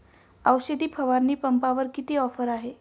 औषध फवारणी पंपावर किती ऑफर आहे?